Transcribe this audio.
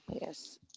Yes